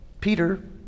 Peter